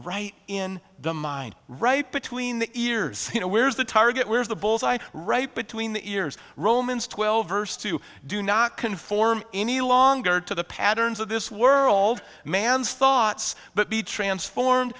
right in the mind right between the ears you know where is the target where is the bull's eye right between the ears romans twelve verse two do not conform any longer to the patterns of this world man's thoughts but be transformed